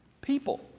people